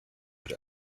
had